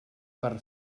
per